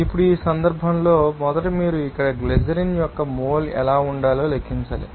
ఇప్పుడు ఈ సందర్భంలో మొదట మీరు ఇక్కడ గ్లిజరిన్ యొక్క మోల్ ఎలా ఉండాలో లెక్కించాలి